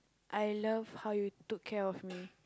I love how you took care of me